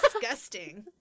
Disgusting